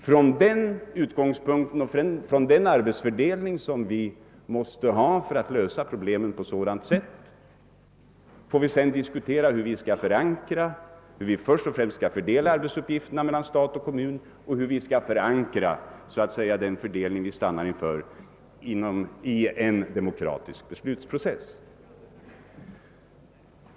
Från den arbetsfördelning, som vi måste ha för att lösa problemen på ett sådant sätt, får vi sedan diskutera först och främst hur vi skall fördela arbetsuppgifterna mellan stat och kommun och sedan hur vi skall förankra den fördelning vi stannar inför i en demokratisk beslutsprocess.